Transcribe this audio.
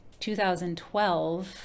2012